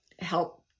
help